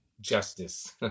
justice